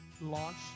launch